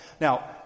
Now